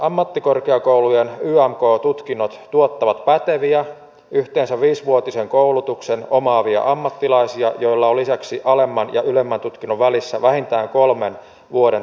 ammattikorkeakoulujen yamk tutkinnot tuottavat päteviä yhteensä viisivuotisen koulutuksen omaavia ammattilaisia joilla on lisäksi alemman ja ylemmän tutkinnon välissä vähintään kolmen vuoden työkokemus